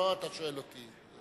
לא אתה שואל אותי.